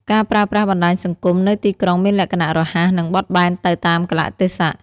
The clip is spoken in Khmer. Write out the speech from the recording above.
ការប្រើប្រាស់បណ្ដាញសង្គមនៅទីក្រុងមានលក្ខណៈរហ័ស និងបត់បែនទៅតាមកាលៈទេសៈ។